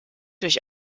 durch